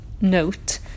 note